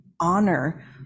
honor